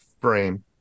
frame